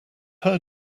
heard